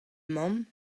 mamm